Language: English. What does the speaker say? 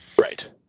Right